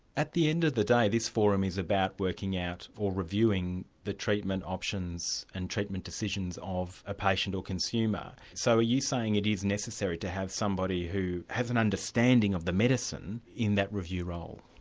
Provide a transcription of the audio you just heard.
at the end of the day, this forum is about working out, or reviewing, the treatment options and treatment decisions of a patient or consumer. so are you saying it is necessary to have somebody who has an understanding of the medicine in that review role?